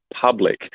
public